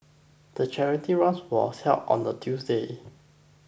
the charity run was held on a Tuesday